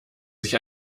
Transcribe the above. sich